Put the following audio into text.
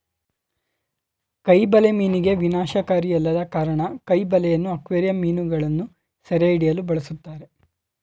ಕೈ ಬಲೆ ಮೀನಿಗೆ ವಿನಾಶಕಾರಿಯಲ್ಲದ ಕಾರಣ ಕೈ ಬಲೆಯನ್ನು ಅಕ್ವೇರಿಯಂ ಮೀನುಗಳನ್ನು ಸೆರೆಹಿಡಿಯಲು ಬಳಸಲಾಗ್ತದೆ